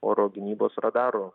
oro gynybos radarų